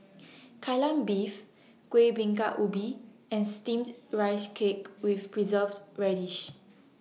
Kai Lan Beef Kueh Bingka Ubi and Steamed Rice Cake with Preserved Radish